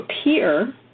appear